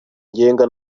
ngenga